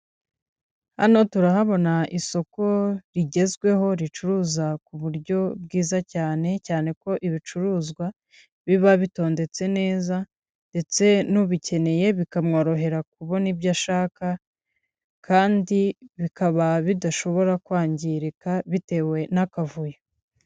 Hano turahabona isoko rigezweho ricuruza ku buryo bwiza cyane cyane ko ibicuruzwa biba bitondetse neza ndetse n'ubikeneye bikamworohera kubona ibyo ashaka, kandi bikaba bidashobora kwangirika bitewe n'akavuyo.